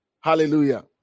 Hallelujah